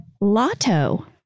Lotto